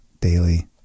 daily